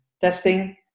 testing